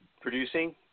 producing